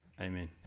Amen